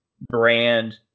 brand